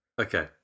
Okay